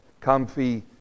comfy